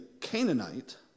Canaanite